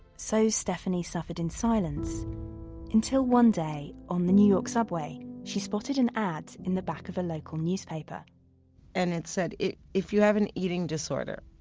so stephanie suffered in silence until one day on the new york subway she spotted an ad in the back of a local newspaper and it said if you have an eating disorder,